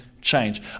change